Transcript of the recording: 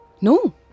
No